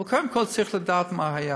אבל קודם כול צריך לדעת מה היה.